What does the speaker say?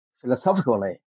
philosophically